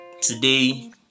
today